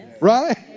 right